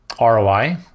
ROI